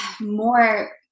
more